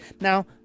Now